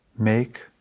Make